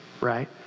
right